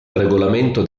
regolamento